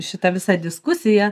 šitą visą diskusiją